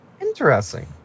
Interesting